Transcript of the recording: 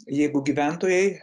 jeigu gyventojai